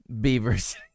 Beavers